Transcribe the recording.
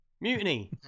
Mutiny